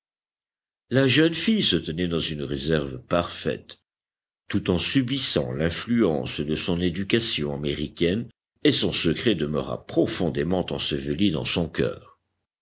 la jeune fille se tenait dans une réserve parfaite tout en subissant l'influence de son éducation américaine et son secret demeura profondément enseveli dans son cœur